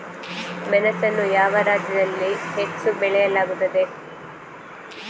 ಮೆಣಸನ್ನು ಯಾವ ರಾಜ್ಯದಲ್ಲಿ ಹೆಚ್ಚು ಬೆಳೆಯಲಾಗುತ್ತದೆ?